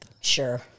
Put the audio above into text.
Sure